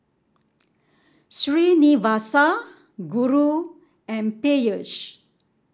Srinivasa Guru and Peyush